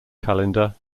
calendar